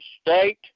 state